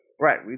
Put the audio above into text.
right